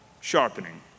sharpening